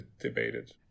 debated